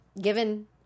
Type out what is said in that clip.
given